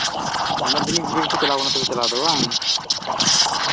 ᱟᱭᱢᱟ ᱠᱚᱜᱮ ᱠᱟᱹᱢᱤ ᱫᱚᱠᱚ ᱪᱟᱞᱟᱣ ᱫᱚᱠᱚ ᱪᱟᱞᱟᱣ ᱠᱟᱱᱟ ᱵᱟᱝ